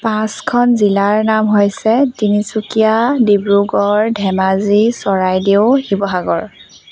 পাঁচখন জিলাৰ নাম হৈছে তিনিচুকীয়া ডিব্ৰুগড় ধেমাজি চৰাইদেউ শিৱসাগৰ